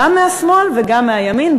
גם מהשמאל וגם מהימין,